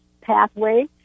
pathway